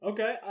Okay